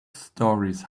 stories